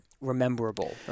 rememberable